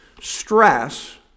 stress